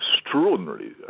extraordinary